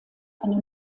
eine